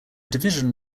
division